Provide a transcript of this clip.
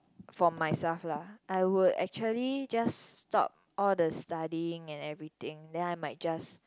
for myself lah I would actually just stop all the studying and everything then I might just